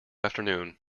afternoon